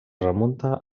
remunta